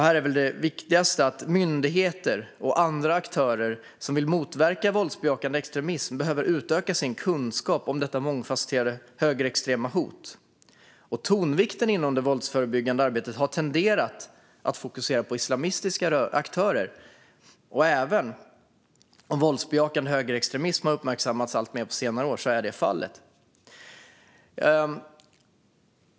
Här är väl det viktigaste att myndigheter och andra aktörer som vill motverka våldsbejakande extremism behöver utöka sin kunskap om detta mångfasetterade högerextrema hot. Tonvikten inom det våldsförebyggande arbetet har tenderat att ligga på islamistiska aktörer; även om våldsbejakande högerextremism har uppmärksammats alltmer på senare år är detta fallet.